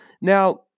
Now